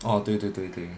orh 对对对对